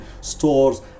stores